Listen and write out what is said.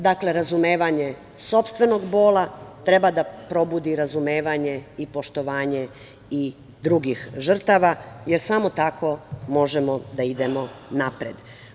Dakle, razumevanje sopstvenog bola treba da probudi razumevanje i poštovanje i drugih žrtava, jer samo tako možemo da idemo napred.